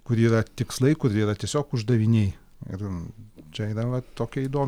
kur yra tikslai kur yra tiesiog uždaviniai ir čia yra va tokia įdomi